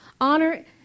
Honor